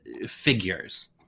figures